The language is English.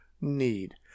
need